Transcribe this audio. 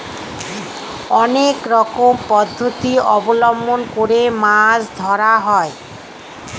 অনেক রকম পদ্ধতি অবলম্বন করে মাছ ধরা হয়